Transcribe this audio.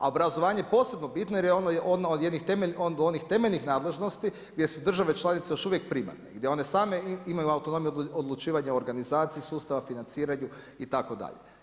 A obrazovanje je posebno bitno, jer onda od onih temeljnih nadležnosti gdje su države članice još uvijek primarne i gdje one same imaju autonomiju odlučivanja o organizaciji sustava, financiranju itd.